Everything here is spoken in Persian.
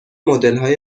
مدلهای